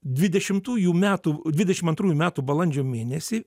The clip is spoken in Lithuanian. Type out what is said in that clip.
dvidešimtųjų metų dvidešim antrųjų metų balandžio mėnesį